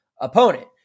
opponent